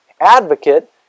Advocate